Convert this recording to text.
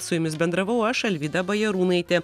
su jumis bendravau aš alvyda bajarūnaitė